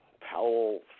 Powell